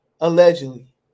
allegedly